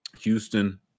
Houston